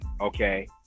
okay